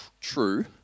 true